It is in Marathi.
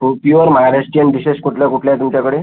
हो प्युअर महाराष्ट्रीयन डिशेश् कुठल्या कुठल्या आहे तुमच्याकडे